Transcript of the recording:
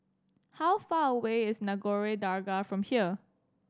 how far away is Nagore Dargah from here